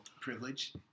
Privilege